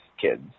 kids